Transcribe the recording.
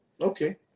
Okay